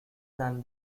than